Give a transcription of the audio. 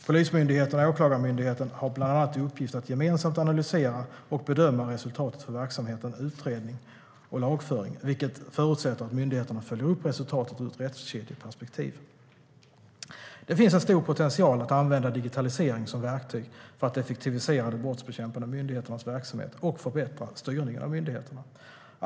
Polismyndigheten och Åklagarmyndigheten har bland annat i uppgift att gemensamt analysera och bedöma resultatet för verksamhetens utredning och lagföring, vilket förutsätter att myndigheterna följer upp resultatet ur ett rättskedjeperspektiv. Det finns en stor potential att använda när det gäller digitalisering som verktyg för att effektivisera de brottsbekämpande myndigheternas verksamhet och förbättra styrningen av myndigheterna.